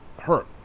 hurt